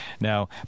Now